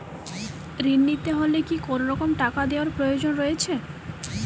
ঋণ নিতে হলে কি কোনরকম টাকা দেওয়ার প্রয়োজন রয়েছে?